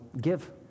give